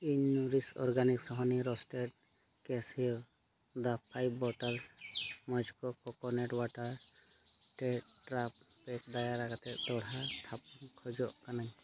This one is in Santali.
ᱤᱧ Nourish Organics honey roasted cashews ᱫᱚ ᱯᱷᱟᱭᱤᱵᱷ ᱵᱳᱴᱚᱞᱥ ᱢᱳᱡᱳᱠᱳ ᱠᱳᱠᱳᱱᱟᱴ ᱚᱣᱟᱴᱟᱨ ᱴᱮᱴᱨᱟᱯᱮᱠ ᱫᱟᱨᱟᱭᱛᱮ ᱫᱚᱦᱲᱟ ᱛᱷᱟᱯᱚᱱ ᱠᱷᱚᱡᱚᱜ ᱠᱟᱹᱱᱟᱹᱧ